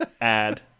add